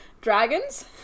Dragons